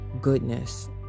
goodness